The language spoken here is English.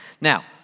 Now